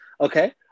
okay